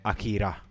Akira